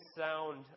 sound